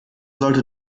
sollte